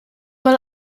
mal